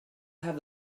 have